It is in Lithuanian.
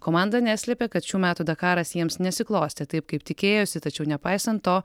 komandą neslėpė kad šių metų dakaras jiems nesiklostė taip kaip tikėjosi tačiau nepaisant to